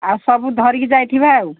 ଆଉ ସବୁ ଧରିକି ଯାଇଥିବା ଆଉ